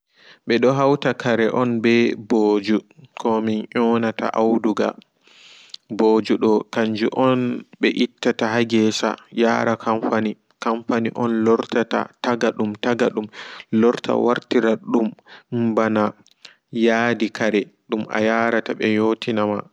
Ɓe do hauta kare on ɓe ɓooju komin yonata auduga ɓoojudo kanju on ɓe itta ta ha gesa yara kampani kampani on lortata wartira dum ɓana yadi kare dum ayarata ɓe yotinama